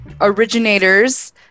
originators